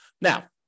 now